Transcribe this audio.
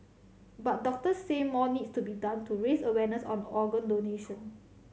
but doctors say more needs to be done to raise awareness on organ donation